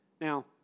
Now